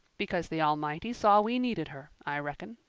because the almighty saw we needed her, i reckon.